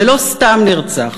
ולא סתם נרצח,